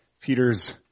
Peter's